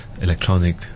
electronic